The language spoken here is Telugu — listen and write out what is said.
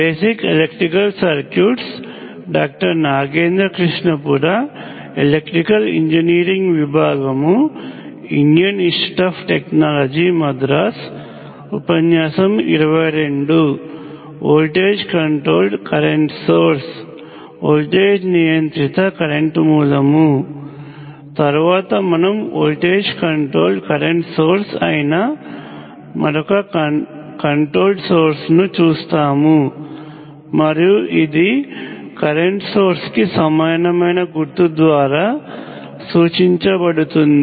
బే తరువాత మనం వోల్టేజ్ కంట్రోల్డ్ కరెంట్ సోర్స్ అయిన మరొక కంట్రోల్డ్ సోర్స్ను చూస్తాము మరియు ఇది కరెంట్ సోర్స్కి సమానమైన గుర్తు ద్వారా సూచించబడుతుంది